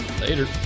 Later